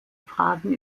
fragen